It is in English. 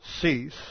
Cease